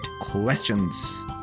Questions